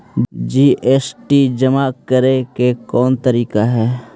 GST जमा करे के कौन तरीका हई